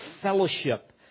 fellowship